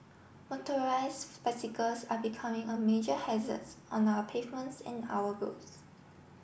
motorised bicycles are becoming a major hazards on our pavements and our roads